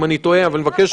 כן.